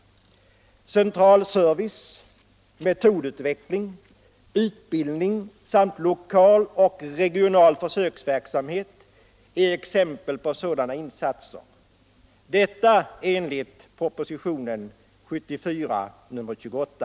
Central service, metodutveckling, utbildning samt lokal och regional försöksverksamhet är ex empel på sådana insatser — detta enligt propositionen 1974:28.